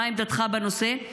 מה עמדתך בנושא?